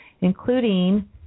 including